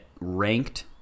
ranked